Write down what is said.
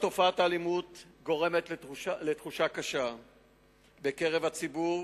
תופעת האלימות גורמת לתחושה קשה בקרב הציבור